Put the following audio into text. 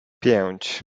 pięć